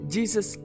Jesus